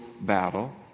battle